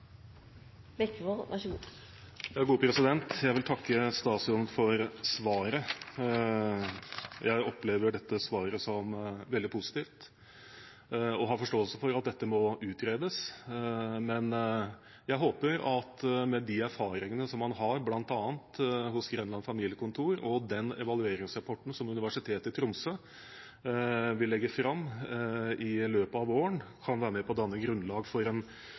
forståelse for at dette må utredes, men jeg håper at de erfaringene man bl.a. har fra Grenland familiekontor og den evalueringsrapporten som Universitetet i Tromsø vil legge fram i løpet av våren, kan være med på å danne grunnlaget for